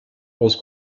aus